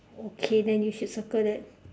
okay then you should circle that